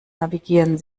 navigieren